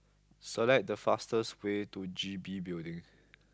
select the fastest way to G B Building